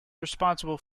responsible